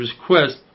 request